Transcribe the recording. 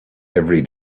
every